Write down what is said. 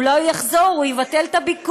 אולי הוא יחזור, הוא יבטל את הביקור.